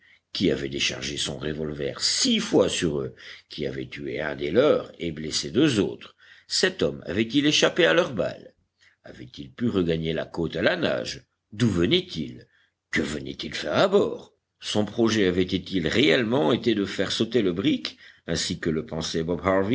qui avait déchargé son revolver six fois sur eux qui avait tué un des leurs et blessé deux autres cet homme avait-il échappé à leurs balles avait-il pu regagner la côte à la nage d'où venait-il que venait-il faire à bord son projet avait-il réellement été de faire sauter le brick ainsi que le pensait